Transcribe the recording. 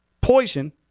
Poison